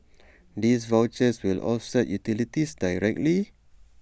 these vouchers will offset utilities directly